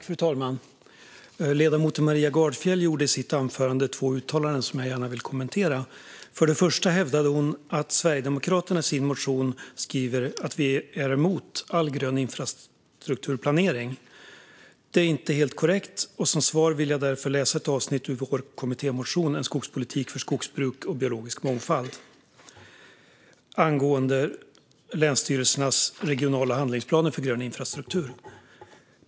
Fru talman! Ledamoten Maria Gardfjell gjorde i sitt anförande två uttalanden som jag gärna vill kommentera. För det första hävdade hon att vi i Sverigedemokraterna skriver i vår motion att vi är emot all grön infrastrukturplanering. Det är inte helt korrekt. Som svar vill jag därför läsa ett avsnitt ur vår kommittémotion En skogspolitik för skogsbruk och biologisk mångfald angående länsstyrelsernas regionala handlingsplaner för grön infrastruktur.